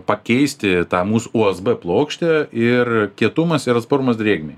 pakeisti tą mūs usb plokštę ir kietumas ir atsparumas drėgmei